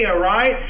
right